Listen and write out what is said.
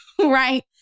right